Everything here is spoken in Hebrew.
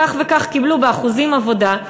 כך וכך קיבלו באחוזים עבודה,